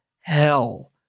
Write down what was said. hell